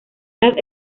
las